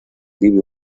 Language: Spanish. vive